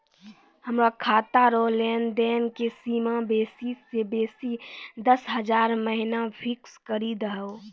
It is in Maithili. हमरो खाता रो लेनदेन के सीमा बेसी से बेसी दस हजार महिना फिक्स करि दहो